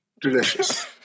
delicious